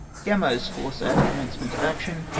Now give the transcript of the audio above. gamo's force at commencement of action.